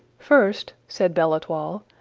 first, said belle-etoile,